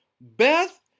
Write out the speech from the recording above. Beth